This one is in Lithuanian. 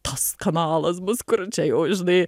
tas kanalas bus kur čia jau žinai